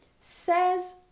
Says